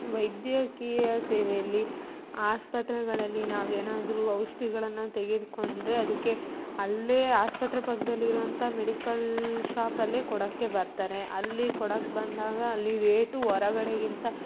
ವೈದ್ಯಕೀಯ ಸೇವೆಯಲ್ಲಿ ಆಸ್ಪತ್ರೆಗಳಲ್ಲಿ ನಾವು ಏನಾದ್ರೂ ಔಷಧಿಗಳನ್ನ ತೆಗೆದುಕೊಂಡ್ರೆ ಅದಕ್ಕೆ ಅಲ್ಲೇ ಆಸ್ಪತ್ರೆ ಪಕ್ಕದಲ್ಲಿರೋಂಥ ಮೆಡಿಕಲ್ ಶಾಪಲ್ಲೇ ಕೊಡೋಕ್ಕೆ ಬರ್ತಾರೆ ಅಲ್ಲಿ ಕೊಡಕ್ಕೆ ಬಂದಾಗ ಅಲ್ಲಿ ರೇಟು ಹೊರಗಡೆಗಿಂತ